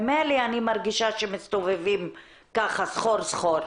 ממילא אני מרגישה שמסתובבים סחור סחור.